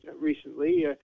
recently